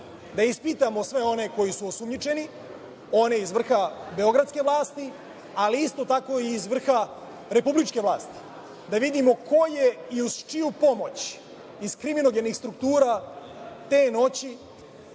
da ispitamo sve one koji su osumnjičeni, one iz vrha beogradske vlasti, ali isto tako iz vrha republičke vlasti, da vidimo ko je i uz čiju pomoć iz kriminogenih struktura te noći,